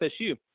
FSU